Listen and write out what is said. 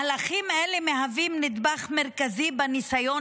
מהלכים אלה מהווים נדבך מרכזי בניסיון